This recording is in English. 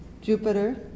Jupiter